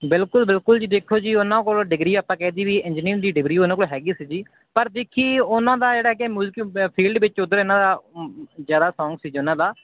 ਬਿਲਕੁਲ ਬਿਲਕੁਲ ਜੀ ਦੇਖੋ ਜੀ ਉਹਨਾਂ ਕੋਲ ਡਿਗਰੀ ਆਪਾਂ ਕਹਿ ਦਈਏ ਵੀ ਇੰਜੀਨੀਅਰਿੰਗ ਦੀ ਡਿਗਰੀ ਉਹਨਾਂ ਕੋਲ ਹੈਗੀ ਸੀ ਜੀ ਪਰ ਦੇਖੀਏ ਉਹਨਾਂ ਦਾ ਜਿਹੜਾ ਕਿ ਮੁਲਕ ਫੀਲਡ ਵਿੱਚ ਉੱਧਰ ਇਹਨਾਂ ਦਾ ਜ਼ਿਆਦਾ ਸ਼ੌਕ ਸੀ ਜੀ ਉਹਨਾਂ ਦਾ